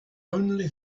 only